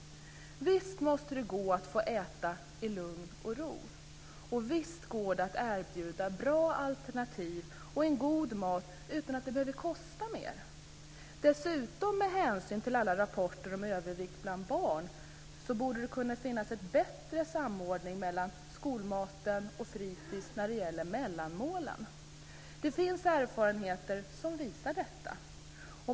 Visst måste det gå att få äta i lugn och ro. Visst går det att erbjuda bra alternativ och en god mat utan att det behöver kosta mer. Dessutom borde det, med hänsyn till alla rapporter om övervikt bland barn, kunna finnas en bättre samordning mellan skolmaten och fritis när det gäller mellanmålen. Erfarenheter finns som visar detta.